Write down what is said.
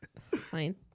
fine